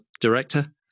director